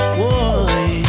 boy